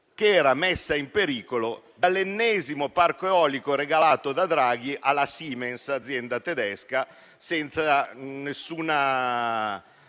che era messa in pericolo dall'ennesimo parco eolico regalato da Draghi alla Siemens, azienda tedesca senza nessuna